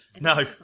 No